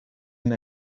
een